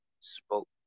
spoke